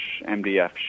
MDF